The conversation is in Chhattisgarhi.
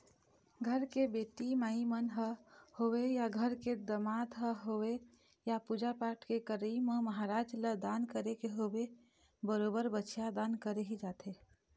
घर के बेटी माई मन ल होवय या घर के दमाद ल होवय या पूजा पाठ के करई म महराज ल दान करे के होवय बरोबर बछिया दान करे ही जाथे